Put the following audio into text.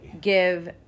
give